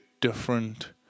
different